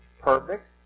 perfect